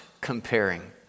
comparing